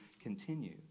continue